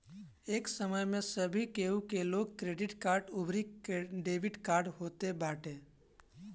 ए समय में सभे केहू के लगे क्रेडिट कार्ड अउरी डेबिट कार्ड होत बाटे